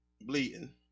bleeding